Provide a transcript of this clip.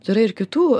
turiu ir kitų